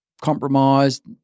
compromised